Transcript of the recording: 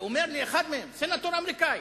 ואומר לי אחד מהם, סנטור אמריקני: